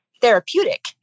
therapeutic